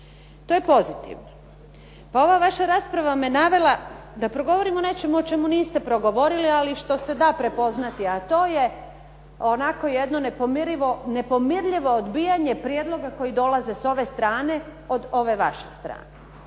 To je pozitivno. Pa ova vaša rasprava me navela da progovorim o nečemu o čemu niste progovorili, ali što se da prepoznati, a to je onako jedno nepomirljivo odbijanje prijedloga koji dolaze s ove strane od ove vaše strane.